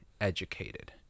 educated